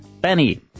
Benny